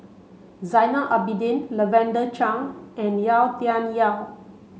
Zainal Abidin Lavender Chang and Yau Tian Yau